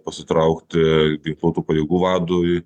pasitraukti ginkluotų pajėgų vadui